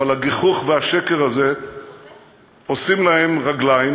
אבל הגיחוך והשקר הזה עושים להם רגליים